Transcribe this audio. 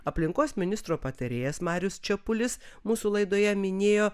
aplinkos ministro patarėjas marius čepulis mūsų laidoje minėjo